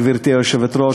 גברתי היושבת-ראש,